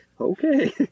Okay